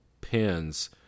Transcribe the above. pins